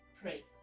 pray